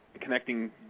Connecting